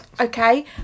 Okay